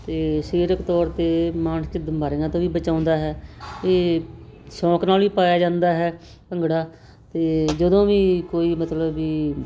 ਅਤੇ ਸਰੀਰਕ ਤੌਰ 'ਤੇ ਮਾਨਸਿਕ ਬਿਮਾਰੀਆਂ ਤੋਂ ਵੀ ਬਚਾਉਂਦਾ ਹੈ ਇਹ ਸ਼ੌਂਕ ਨਾਲ ਹੀ ਪਾਇਆ ਜਾਂਦਾ ਹੈ ਭੰਗੜਾ ਅਤੇ ਜਦੋਂ ਵੀ ਕੋਈ ਮਤਲਬ ਵੀ